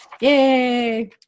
Yay